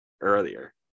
earlier